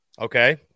okay